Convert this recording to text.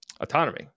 autonomy